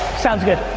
sounds good.